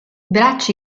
bracci